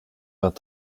vingt